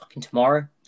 tomorrow